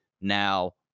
now